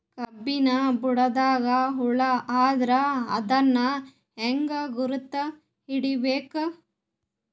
ಕಬ್ಬಿನ್ ಬುಡದಾಗ ಹುಳ ಆದರ ಅದನ್ ಹೆಂಗ್ ಗುರುತ ಹಿಡಿಬೇಕ?